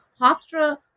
Hofstra